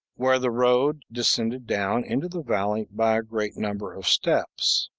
where the road descended down into the valley by a great number of steps,